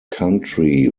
country